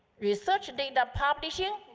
research data publishing,